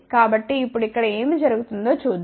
కాబట్టి ఇప్పుడు ఇక్కడ ఏమి జరుగుతుందో చూద్దాం